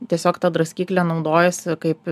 tiesiog ta draskykle naudojasi kaip